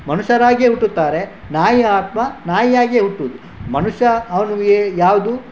ಮನುಷ್ಯರಾಗಿಯೇ ಹುಟ್ಟುತ್ತಾರೆ ನಾಯಿಯ ಆತ್ಮ ನಾಯಿಯಾಗಿಯೇ ಹುಟ್ಟುವುದು ಮನುಷ್ಯ ಅವನಿಗೆ ಯಾವುದು